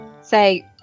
say